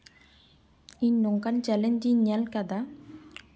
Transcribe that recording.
ᱤᱧ ᱱᱚᱝᱠᱟᱱ ᱪᱮᱞᱮᱧᱡᱤᱧ ᱧᱮᱞ ᱟᱠᱟᱫᱟ